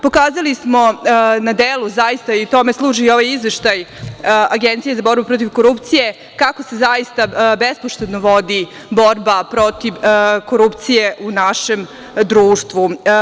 Pokazali smo na delu, zaista i tome služi ovaj Izveštaj Agencije za borbu protiv korupcije kako se zaista bespoštedno vodi borba protiv korupcije u našem društvu.